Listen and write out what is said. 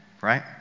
right